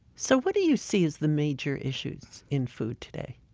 so what do you see as the major issues in food today?